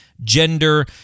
gender